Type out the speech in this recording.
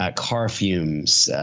ah car fumes,